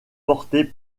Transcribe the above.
portés